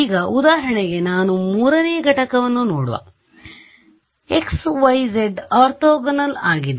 ಈಗ ಉದಾಹರಣೆಗೆ ನಾನು 3 ನೇ ಘಟಕವನ್ನು ನೋಡುವ ಈ xˆ yˆ zˆ ಆರ್ಥೋಗೋನಲ್ ಆಗಿದೆ